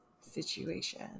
situation